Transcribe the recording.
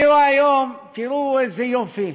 אני רואה היום, תראו איזה יופי,